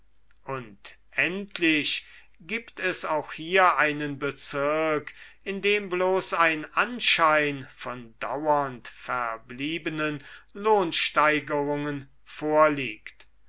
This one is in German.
und endlich gibt es auch hier einen bezirk in dem bloß ein anschein von dauernd verbliebenen lohnsteigerungen vorliegt